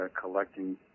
collecting